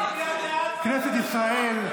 כנסת ישראל,